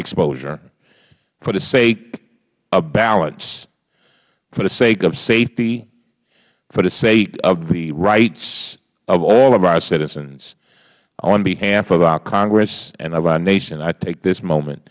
exposure for the sake of balance for the sake of safety for the sake of the rights of all of our citizens on behalf of our congress and of our nation i take this moment